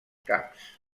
caps